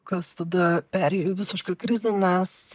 kas tada perėjo į visišką krizę nes